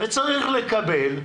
וצריך לקבל,